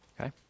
Okay